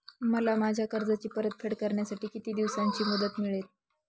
मला माझ्या कर्जाची परतफेड करण्यासाठी किती दिवसांची मुदत मिळेल?